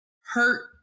hurt